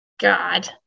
God